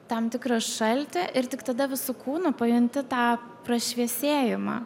tam tikrą šaltį ir tik tada visu kūnu pajunti tą prašviesėjimą